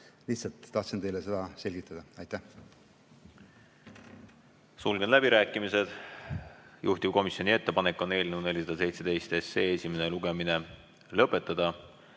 Lihtsalt tahtsin teile seda selgitada. Aitäh! Sulgen läbirääkimised. Juhtivkomisjoni ettepanek on eelnõu 417 esimene lugemine lõpetada.